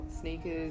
sneakers